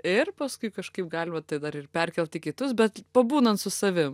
ir paskui kažkaip galima tai dar ir perkelti į kitus bet pabūnant su savim